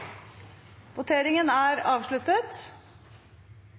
Replikkordskiftet er avslutta.